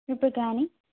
रूप्यकाणि